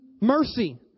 mercy